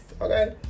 Okay